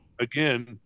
again